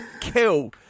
kill